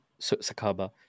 Sakaba